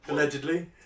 Allegedly